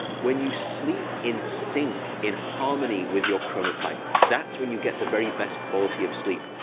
when you sleep in sync, in harmony, with your chronotype, that's when you get the very best quality of sleep.